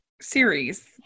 series